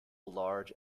large